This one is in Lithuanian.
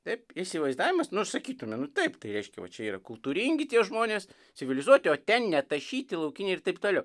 taip įsivaizdavimas nu sakytume nu taip tai reiškia va čia yra kultūringi tie žmonės civilizuoti o ten netašyti laukiniai ir taip toliau